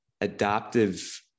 adaptive